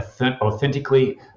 authentically